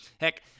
Heck